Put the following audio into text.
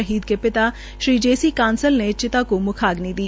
शहीद के पिता श्री जे सी कांसल ने चिता को म्खग्नि दी